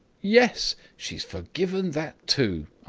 yes! she's forgiven that too,